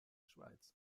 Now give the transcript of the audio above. schweiz